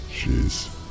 Jeez